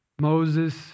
Moses